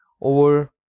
over